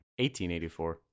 1884